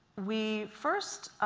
we first,